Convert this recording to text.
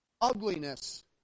ugliness